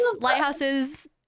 lighthouses